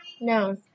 no